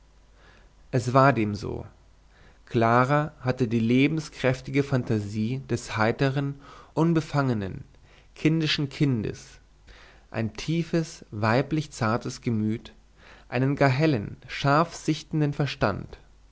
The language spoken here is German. es war dem so clara hatte die lebenskräftige fantasie des heitern unbefangenen kindischen kindes ein tiefes weiblich zartes gemüt einen gar hellen scharf sichtenden verstand